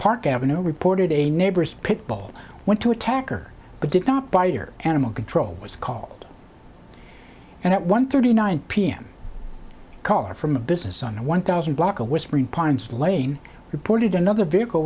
park avenue reported a neighbor's pit bull went to attacker but did not bite or animal control was called and at one thirty nine pm caller from a business on one thousand block of whispering pines lane reported another vehicle